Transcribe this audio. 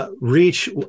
Reach